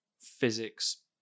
physics